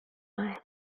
eyes